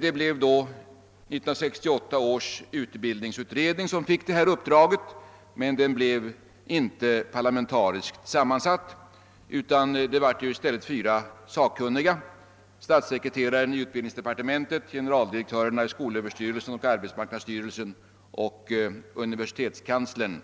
Det blev 1968 års utbildningsutredning som fick detta uppdrag, men den blev inte parlamentariskt sammansatt utan bestod, såsom herr Nordstrandh nyss framhållit, av fyra sakkunniga — statssekreteraren i utbildningsdepartementet, generaldirektörerna i skolöverstyrelsen och arbetsmarknadsstyrelsen och universitetskanslern